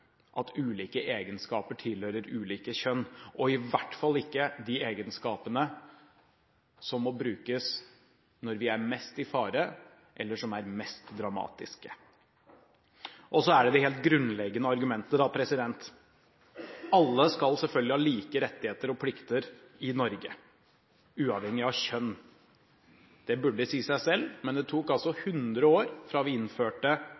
at ulike egenskaper tilhører ulike kjønn, og i hvert fall ikke de egenskapene som må brukes når vi er mest i fare, eller som er mest dramatiske. Og så er det det helt grunnleggende argumentet: Alle skal selvfølgelig ha like rettigheter og plikter i Norge uavhengig av kjønn. Det burde si seg selv, men det tok 100 år fra vi innførte